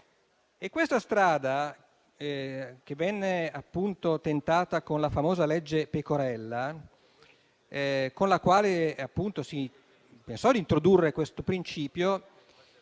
Questa strada venne appunto tentata con la famosa legge Pecorella, con la quale si pensò di introdurre questo principio;